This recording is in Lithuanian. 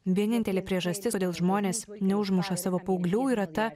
vienintelė priežastis kodėl žmonės neužmuša savo paauglių yra ta